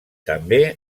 també